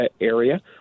area